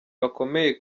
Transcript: bakomeye